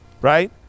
right